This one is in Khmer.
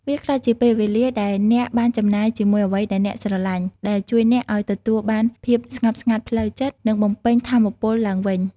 វាក្លាយជាពេលវេលាដែលអ្នកបានចំណាយជាមួយអ្វីដែលអ្នកស្រឡាញ់ ដែលជួយអ្នកឱ្យទទួលបានភាពស្ងប់ស្ងាត់ផ្លូវចិត្ត និងបំពេញថាមពលឡើងវិញ។